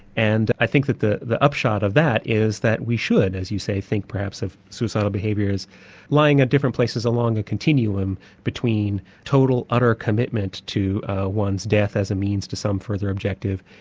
and i think that the the upshot of that is that we should, as you say, think perhaps of suicidal behaviour as lying at different places along the continuum between total utter commitment to one's death as a means to some further objective,